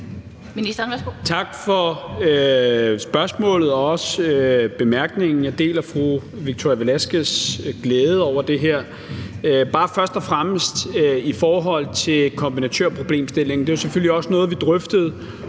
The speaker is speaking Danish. Tak for spørgsmålet og også bemærkningen. Jeg deler fru Victoria Velasquez' glæde over det her. Først og fremmest vil jeg bare i forhold til kombinatørproblemstillingen sige, at det selvfølgelig også var noget, vi drøftede